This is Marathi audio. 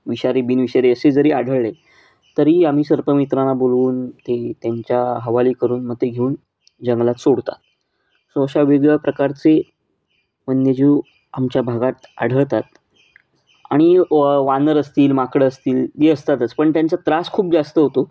विषारी बिनविषारी असे जरी आढळले तरी आम्ही सर्पमित्रांना बोलून ते त्यांच्या हवाली करून मग ते घेऊन जंगलात सोडतात सो अशा वेगवेगळ्या प्रकारचे वन्यजीव आमच्या भागात आढळतात आणि व वानर असतील माकडं असतील हे असतातच पण त्यांचा त्रास खूप जास्त होतो